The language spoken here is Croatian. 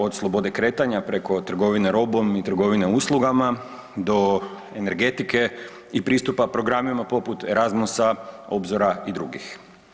Od slobode kretanja, preko trgovine robom i trgovine uslugama do energetike i pristupa programima poput Erasmus, Obzora i drugih.